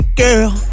girl